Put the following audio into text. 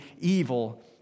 evil